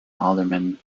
alderman